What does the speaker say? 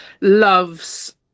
loves